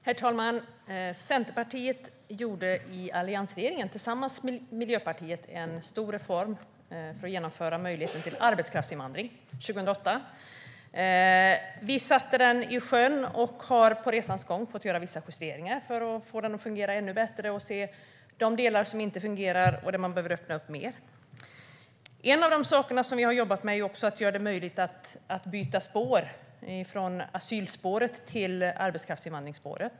Herr talman! Centerpartiet gjorde i alliansregeringen tillsammans med Miljöpartiet år 2008 en stor reform för att genomföra möjligheten till arbetskraftsinvandring. Vi satte den i sjön och har under resans gång fått göra vissa justeringar för att få den att fungera ännu bättre och se de delar som inte fungerar och där man behöver öppna upp mer. En av de saker som vi har jobbat med är att göra det möjligt att byta spår från asylspåret till arbetskraftsinvandringsspåret.